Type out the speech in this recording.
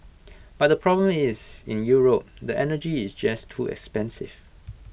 but the problem is in Europe the energy is just too expensive